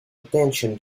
attention